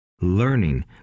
learning